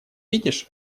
видишь